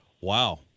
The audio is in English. Wow